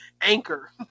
Anchor